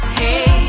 hey